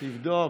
תבדוק.